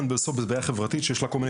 בסוף מדובר בבעיה חברתית שיש לה כל מיני